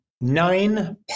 nine